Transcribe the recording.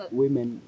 women